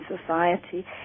society